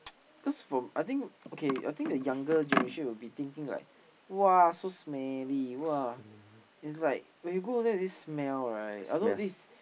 cause from I think okay I think the younger generation will be thinking like !wah! so smelly !wah! is like when they go there this smell right although this